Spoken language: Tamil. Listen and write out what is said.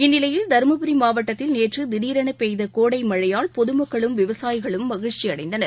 இந்நிலையில் தருமபுரி மாவட்டத்தில் நேற்று திடீரென பெய்த கோடை மழையால் பொதுமக்களும் விவசாயிகளும் மகிழ்ச்சியடைந்தனர்